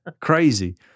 crazy